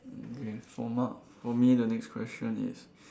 okay for ma~ for me the next question is